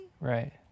Right